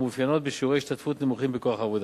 המתאפיינות בשיעורי השתתפות נמוכים בכוח העבודה.